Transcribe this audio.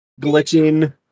glitching